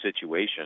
situation